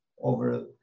over